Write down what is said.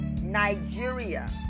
Nigeria